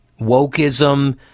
Wokeism